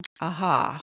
aha